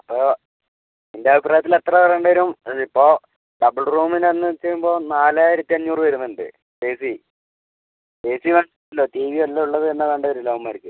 അപ്പോൾ എന്റെ അഭിപ്രായത്തിൽ എത്ര റെൻറ്റ് വരും ഇതിപ്പോൾ ഡബ്ൾ റൂമീനെന്ന് വെച്ച് കഴിയുമ്പോൾ നാലായിരത്തി അഞ്ഞൂറ് വരുന്നുണ്ട് ഏ സി ഏ സി വേണമല്ലോ ടി വി എല്ലം ഉള്ളത് തന്നെ വേണ്ടി വരുമല്ലോ അവന്മാർക്ക്